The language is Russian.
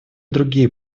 другие